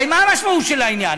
הרי מה המשמעות של העניין?